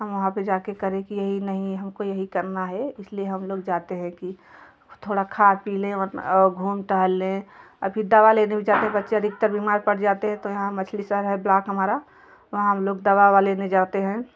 हम वहाँ पर जा कर करें कि यही नहीं हम को यही करना है इस लिए हम लोग जाते हैं कि थोड़ा खा पी लें और घूम टहल लें अभी दवा लेने भी जाते हैं बच्चा अधिकतर बीमार पड़ जाते हैं तो यहाँ मछली शहर है ब्लॉक हमारा वहाँ हम लोग दवा वाले में जाते हैं